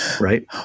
right